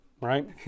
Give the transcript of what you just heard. right